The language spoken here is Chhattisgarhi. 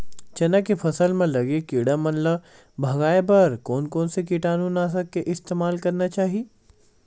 चना के फसल म लगे किड़ा मन ला भगाये बर कोन कोन से कीटानु नाशक के इस्तेमाल करना चाहि?